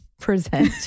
present